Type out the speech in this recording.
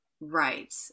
Right